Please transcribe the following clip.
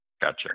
Gotcha